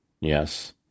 Yes